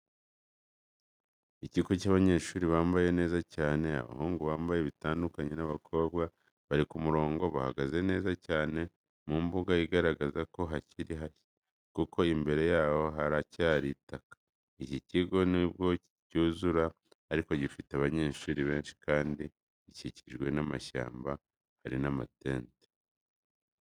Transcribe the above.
Ikigo cyabanyeshuri bambaye neza cyane, abahungu bambaye bitandukanye n'abakobwa, bari ku murongo bahagaze neza cyane, mu mbuga igaragara ko hakiri hashya kuko imbere yabo haracyari itaka. Iki kigo nibwo kicyuzura ariko gifite abanyeshuri benshi kandi gikikijwe n'amashyamba hari n'amatente.